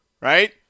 right